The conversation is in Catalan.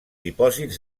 dipòsits